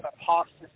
apostasy